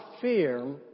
fear